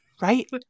right